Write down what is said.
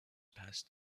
passed